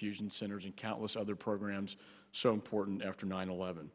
fusion centers and countless other programs so important after nine eleven